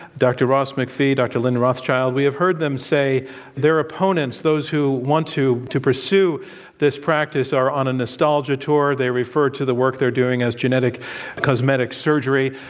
dr. ross macphee, dr. lynn rothschild, we have heard them say that their opponents, those who want to to pursue this practice are on a nostalgia tour. they refer to the work they're doing as genetic cosmetic surgery.